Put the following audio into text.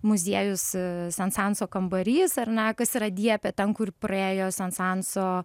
muziejus sensanso kambarys ar ne kas yra diepe ten kur praėjo sensanso